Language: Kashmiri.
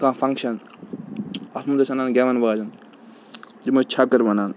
کانٛہہ فَنٛگشَن اَتھ منٛز ٲسۍ اَنان گٮ۪وَن والٮ۪ن یِم ٲسۍ چھَکٕر وَنان